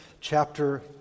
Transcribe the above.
chapter